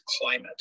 climate